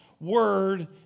word